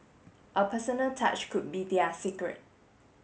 a personal touch could be their secret